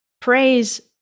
Praise